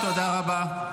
חבר הכנסת שקלים, תודה רבה.